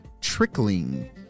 trickling